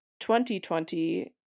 2020